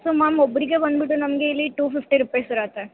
so ma'am ಒಬ್ಬರಿಗೆ ಬಂದುಬಿಟ್ಟು ನಮಗೆ ಇಲ್ಲಿ ಟೂ ಫಿಫ್ಟಿ ರುಪೀಸ್ ಇರುತ್ತೆ